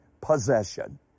possession